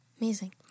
Amazing